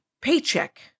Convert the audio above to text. paycheck